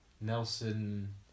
Nelson